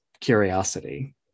curiosity